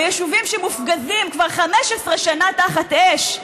ביישובים שמופגזים כבר 15 שנה תחת אש,